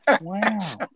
Wow